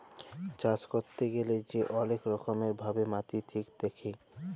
চাষ ক্যইরতে গ্যালে যে অলেক রকম ভাবে মাটি ঠিক দ্যাখে